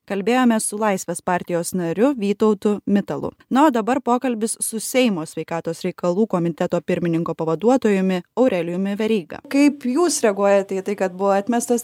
kalbėjomės su laisvės partijos nariu vytautu mitalu na o dabar pokalbis su seimo sveikatos reikalų komiteto pirmininko pavaduotojumi aurelijumi veryga kaip jūs reaguojate į tai kad buvo atmestas